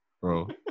bro